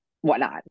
whatnot